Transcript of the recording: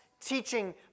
teaching